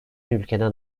ülkeden